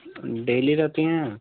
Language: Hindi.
डेली रहती हैं